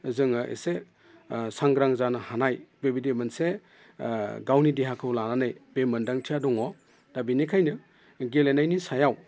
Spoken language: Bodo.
जोङो एसे सांग्रां जानो हानाय बेबायदि मोनसे गावनि देहाखौ लानानै बे मोनदांथिया दङ दा बेनिखायनो गेलेनायनि सायाव